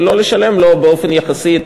ולא לשלם לו באופן יחסי את